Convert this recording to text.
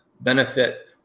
benefit